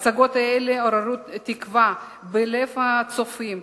ההצגות האלה עוררו תקווה בלב הצופים